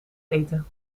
eten